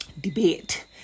debate